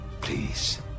please